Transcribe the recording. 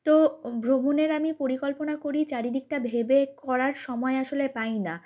তো ভ্রমণের আমি পরিকল্পনা করি চারিদিকটা ভেবে করার সময় আসলে পাই না